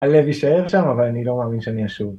‫הלב יישאר שם, ‫אבל אני לא מאמין שאני אשוב.